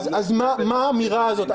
אז מה האמירה הזאת?